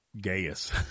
Gaius